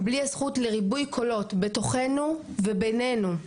בלי הזכות לריבוי קולות בתוכנו וביננו,